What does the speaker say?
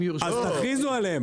אז תכריזו עליהם.